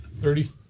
thirty